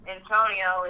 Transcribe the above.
Antonio